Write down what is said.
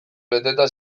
beteta